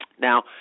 Now